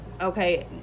okay